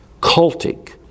cultic